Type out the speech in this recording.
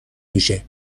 میشه